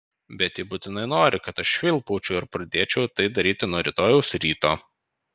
bet ji būtinai nori kad aš švilpaučiau ir pradėčiau tai daryti nuo rytojaus ryto